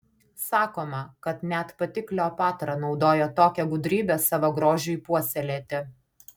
sakoma kad net pati kleopatra naudojo tokią gudrybę savo grožiui puoselėti